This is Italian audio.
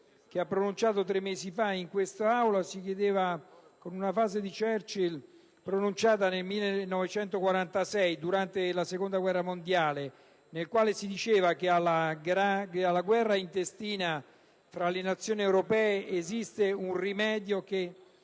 che ho pronunciato tre mesi fa in quest'Aula, si chiudeva con una frase di Churchill, pronunciata nel 1946, dopo la Seconda guerra mondiale, nella quale si diceva che alla guerra intestina fra le Nazioni europee «esiste un rimedio che